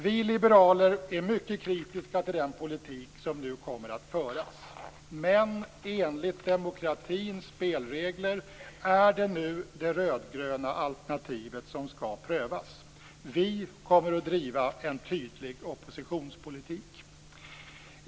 Vi liberaler är mycket kritiska till den politik som nu kommer att föras, men enligt demokratins spelregler är det nu det rödgröna alternativet som skall prövas. Vi kommer att driva en tydlig oppositionspolitik.